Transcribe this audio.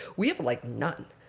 we have, like, none.